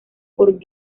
por